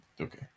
Okay